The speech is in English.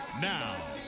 Now